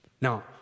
Now